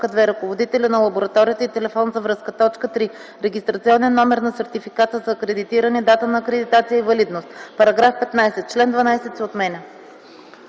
2. ръководителят на лабораторията и телефон за връзка; 3. регистрационен номер на сертификата за акредитиране, дата на акредитация и валидност.” § 15. Член 12 се отменя.”